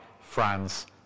France